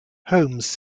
holmes